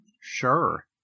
Sure